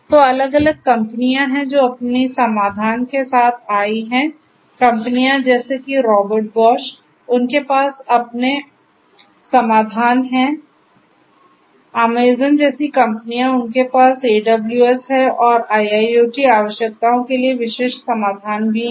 तो अलग अलग कंपनियां हैं जो अपनी समाधान के साथ आई हैं कंपनियां जैसे कि रॉबर्ट बॉश आदि है